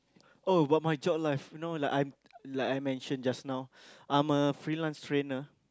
oh about my job life no like I like I mention just now I'm a freelance trainer